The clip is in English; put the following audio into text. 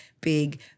big